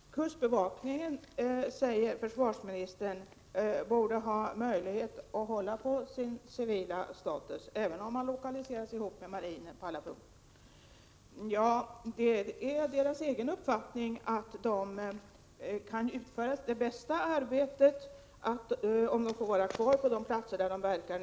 Herr talman! Kustbevakningen, säger försvarsministern, borde ha möjlighet att hålla på sin civila status även om den lokaliseras ihop med marinen i alla avseenden. Det är kustbevakningens egen uppfattning att den kan utföra det bästa arbetet om kustbevakningen får vara kvar på de platser där den nu verkar.